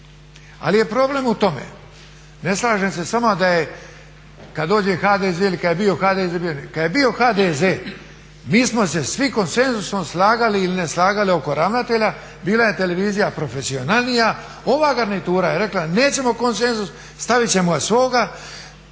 Ali je problem u tome, ne slažem se s vama da je, kad dođe HDZ ili kad je bio HDZ, kad je bio HDZ mi smo se svi konsenzusom slagali ili ne slagali oko ravnatelja, bila je televizija profesionalnija. Ova garnitura je rekla nećemo konsenzus, stavit ćemo ga